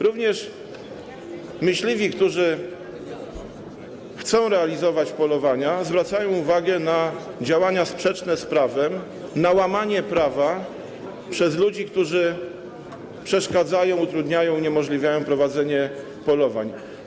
Również myśliwi, którzy chcą realizować polowania, zwracają uwagę na działania sprzeczne z prawem, na łamanie prawa przez ludzi, którzy przeszkadzają, utrudniają, uniemożliwiają prowadzenie polowań.